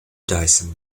dyson